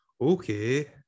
Okay